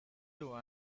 doo